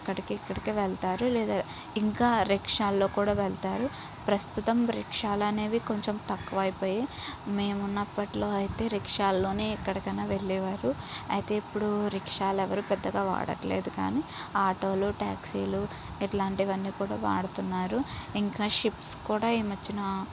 అక్కడికి ఇక్కడికి వెళతారు లేదా ఇంకా రిక్షాల్లో కూడా వెళతారు ప్రస్తుతం రిక్షాలు అనేవి కొంచం తక్కువ అయిపోయి మేము ఉన్నప్పట్లో అయితే రిక్షాల్లోనే ఎక్కడికైనా వెళ్ళేవారు అయితే ఇప్పుడు రిక్షాలు ఎవరూ పెద్దగా వాడట్లేదు కాని ఆటోలు ట్యాక్సీలు ఇట్లాంటివన్నీ కూడా వాడుతున్నారు ఇంకా షిప్స్ కూడా ఈ మధ్యన